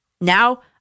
Now